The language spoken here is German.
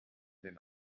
den